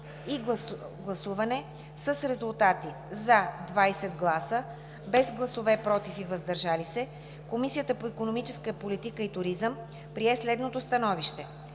и гласуване с резултати: „за” – 20 гласа, без гласове „против” и „въздържали се”, Комисията по икономическа политика и туризъм прие следното становище: